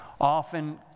Often